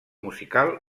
musical